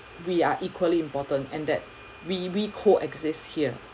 we are equally important and that we we coexist here